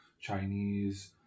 Chinese